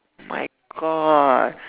my God